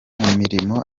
mirimo